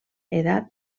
edat